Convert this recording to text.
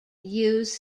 used